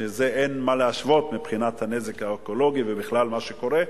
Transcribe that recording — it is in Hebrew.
שאין מה להשוות אותו מבחינת הנזק האקולוגי ובכלל למה שקורה,